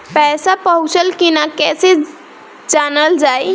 पैसा पहुचल की न कैसे जानल जाइ?